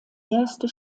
erste